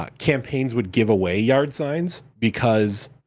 um campaigns would give away yard signs because